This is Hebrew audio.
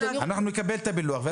אנחנו נקבל את הפילוח.